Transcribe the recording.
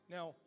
Now